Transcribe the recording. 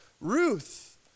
Ruth